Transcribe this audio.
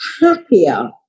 happier